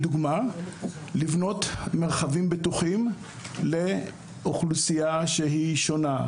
לדוגמה: לבנות מרחבים בטוחים לאוכלוסייה שהיא שונה,